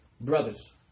brothers